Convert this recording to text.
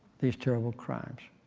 these terrible crimes